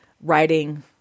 writing